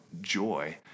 joy